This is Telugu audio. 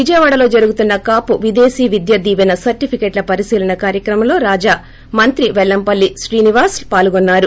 విజయవాడలో జరుగుతున్న కాపు విదేశీ విద్య దీవెన సర్టిఫికెట్ల పరిశీలన కార్యక్రమంలో రాజా మంత్రి పెల్లంపల్లి శ్రీనివాస్ లు పాల్గొన్నారు